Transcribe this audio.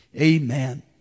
amen